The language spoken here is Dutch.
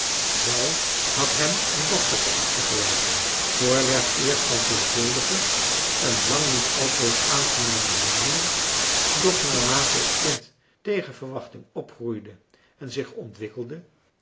zij had hem een dochtertje achtergelaten voorwerp eerst van veelvuldige en lang niet altoos aangename bemoeiing doch naarmate het kind tegen verwachting opgroeide en zich ontwikkelde